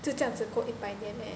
就这样子过一百年 meh